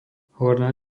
horná